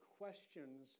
questions